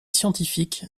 scientifiques